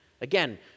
Again